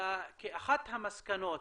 כאחת המסקנות